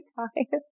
time